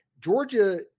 Georgia